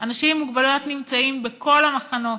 אנשים עם מוגבלויות נמצאים בכל המחנות,